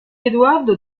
eduardo